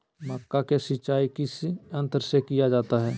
मक्का की सिंचाई किस यंत्र से किया जाता है?